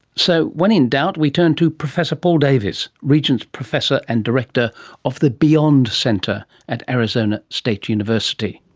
so when in doubt we turn to professor paul davies, regents professor and director of the beyond centre at arizona state university.